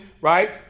right